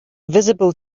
visible